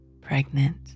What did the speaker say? pregnant